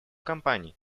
компаний